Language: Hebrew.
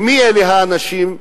ומי אלה האנשים,